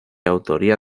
autoría